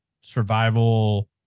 Survival